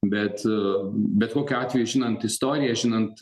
bet bet kokiu atveju žinant istoriją žinant